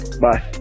Bye